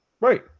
Right